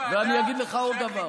ואני אגיד לך עוד דבר,